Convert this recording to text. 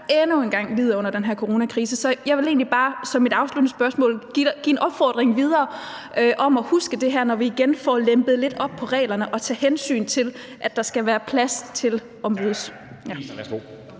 endnu engang lider under den her coronakrise. Så jeg vil egentlig bare afslutningsvis give en opfordring videre om at huske det her, når vi igen får lempet reglerne lidt, og tage hensyn til, at der skal være plads til at mødes. Kl.